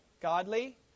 Godly